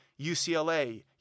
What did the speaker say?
UCLA